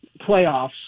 playoffs